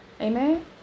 Amen